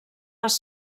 les